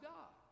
God